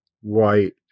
White